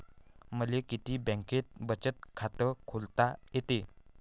मले किती बँकेत बचत खात खोलता येते?